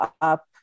up